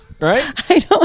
right